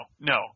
no